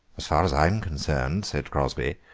as far as i am concerned, said crosby,